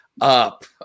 up